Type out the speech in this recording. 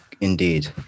indeed